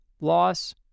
loss